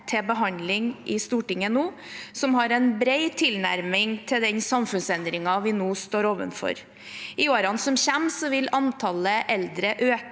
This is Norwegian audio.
til behandling en stortingsmelding om eldre som har en bred tilnærming til den samfunnsendringen vi nå står overfor. I årene som kommer, vil antallet eldre øke